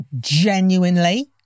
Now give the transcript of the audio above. genuinely